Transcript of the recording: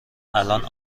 الان